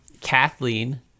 Kathleen